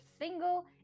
single